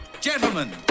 Gentlemen